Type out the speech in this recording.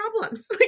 problems